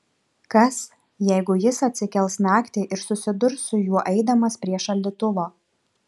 kas jeigu jis atsikels naktį ir susidurs su juo eidamas prie šaldytuvo